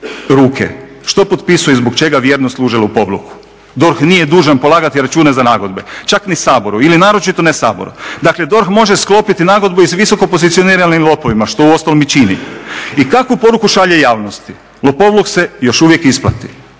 ruke, što potpisuju i zbog čega vjerno služe lopovluku. DORH nije dužan polagati račune za nagodbe, čak ni Saboru ili naročito ne Saboru. Dakle, DORH može sklopiti nagodbu i sa visoko pozicioniranim lopovima što uostalom i čini. I kakvu poruku šalje javnosti? Lopovluk se još uvijek isplati,